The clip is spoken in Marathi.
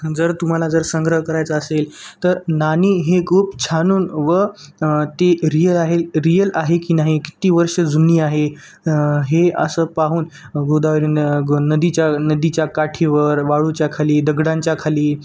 जर तुम्हाला जर संग्रह करायचा असेल तर नाणी हे खूप छानून व ते रियल आहे रियल आहे की नाही कित्ती वर्ष जुनी आहे हे असं पाहून गोदावरी न गो नदीच्या नदीच्या काठीवर वाळूच्या खाली दगडांच्या खाली